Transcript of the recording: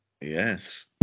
Yes